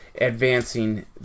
advancing